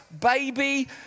Baby